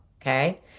okay